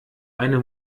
eine